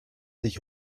sich